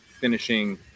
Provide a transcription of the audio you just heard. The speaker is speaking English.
finishing